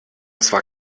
zwar